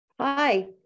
Hi